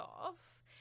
off